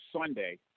Sunday